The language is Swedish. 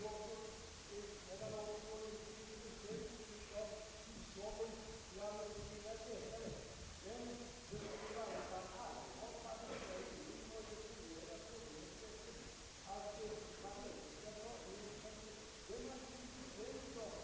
Varken hon eller några övriga talare tycks ha uppfattat, att den svaghet som jag riktade mig emot var utskottets försök i utlåtandet av år 1965 att motivera ett avvisande av genmälesrätten med att man hade vissa garantier genom mångsidigheten och mångstämmigheten i pressen.